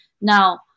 Now